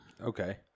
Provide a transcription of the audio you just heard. Okay